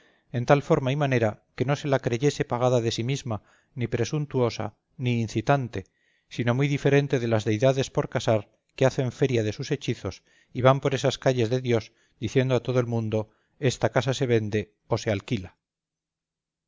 en tal forma y manera que no se la creyese pagada de sí misma ni presuntuosa ni incitante sino muy diferente de las deidades por casar que hacen feria de sus hechizos y van por esas calles de dios diciendo a todo el mundo esta casa se vende o se alquila